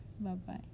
Bye-bye